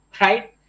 right